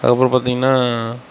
அப்புறம் பார்த்திங்கனா